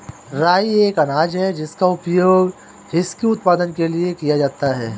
राई एक अनाज है जिसका उपयोग व्हिस्की उत्पादन के लिए किया जाता है